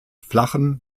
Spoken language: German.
flachen